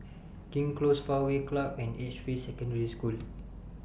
King's Close Fairway Club and Edgefield Secondary School